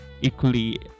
equally